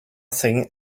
thing